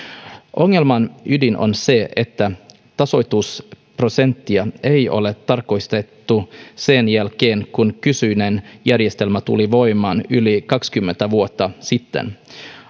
ongelman ydin on se että tasoitusprosenttia ei ole tarkistettu sen jälkeen kun kyseinen järjestelmä tuli voimaan yli kaksikymmentä vuotta sitten